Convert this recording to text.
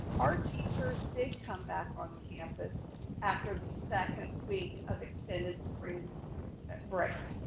our teachers did come back on campus after the second week of extended spring break,